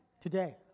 today